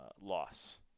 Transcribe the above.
loss